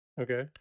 Okay